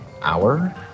hour